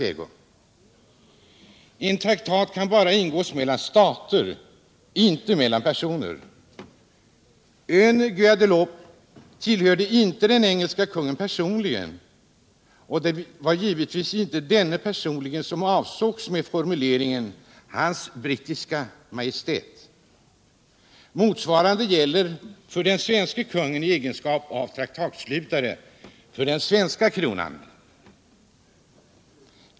En traktat kan bara ingås mellan stater, inte mellan personer. Ön Guadeloupe tillhörde inte den engelske kungen personligen, och det var givetvis inte denne personligen som avsågs med formuleringen ”Hans brittiska majestät”. Motsvarande gäller för den svenske kungen i egenskap av traktatslutare för svenska kronan.